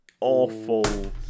awful